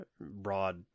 broad